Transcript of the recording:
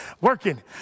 working